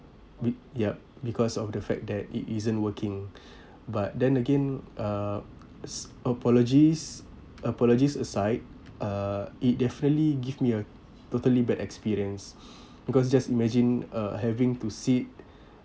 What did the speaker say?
b~ yup because of the fact that it isn't working but then again uh s~ apologies apologies aside uh it definitely give me a totally bad experience because just imagine uh having to sit